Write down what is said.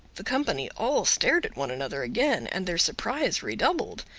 the company all stared at one another again, and their surprise redoubled.